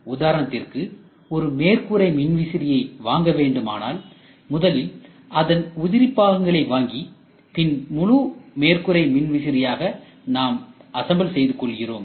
உதாரணத்திற்கு ஒரு மேற்கூரை மின்விசிறியை வாங்க வேண்டுமானால் முதலில் அதன் உதிரி பாகங்களை வாங்கி பின்பு முழு மேற்கூரை மின் விசிறிஆக நாம் அசம்பிள் செய்து கொள்கிறோம்